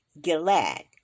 Gilad